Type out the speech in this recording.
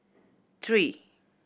three